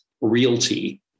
Realty